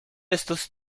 estos